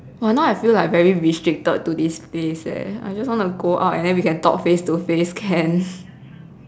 !wah! now I feel like very restricted to this place leh I just want to go out and then we can talk face to face can